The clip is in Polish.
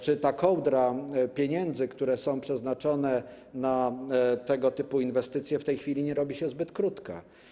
Czy ta kołdra pieniędzy, które są przeznaczone na tego typu inwestycje, w tej chwili nie robi się zbyt krótka?